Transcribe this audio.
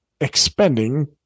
expending